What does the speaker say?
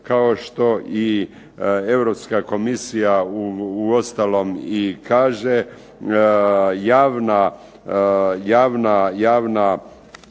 kao što i Europska komisija uostalom i kaže javna pažnja, javna